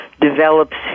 develops